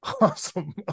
awesome